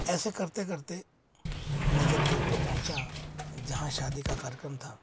ऐसा करते करते मैं जब जोधपुर पहुंचा जहाँ शादी का कार्यक्रम था